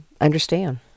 understand